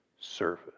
service